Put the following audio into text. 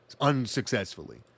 Unsuccessfully